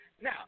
Now